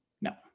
No